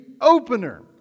Opener